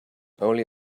only